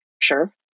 sure